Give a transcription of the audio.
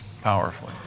powerfully